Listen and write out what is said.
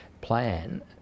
plan